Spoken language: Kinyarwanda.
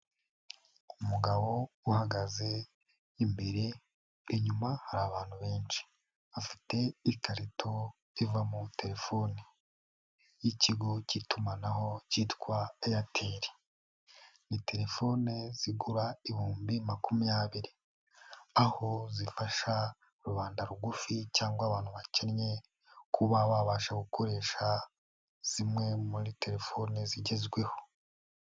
Umugabo uhagaze imbere, inyuma hari abantu benshi, afite ikarito ivamo telefone y'ikigo cy'itumanaho cyitwa Eyateli, ni telefone zigura ibihumbi makumyabiri, aho zifasha rubanda rugufi cyangwa abantu bakennye kuba babasha gukoresha zimwe muri telefoni zigezweho.